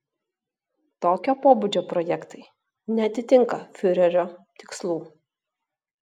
tokio pobūdžio projektai neatitinka fiurerio tikslų